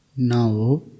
Now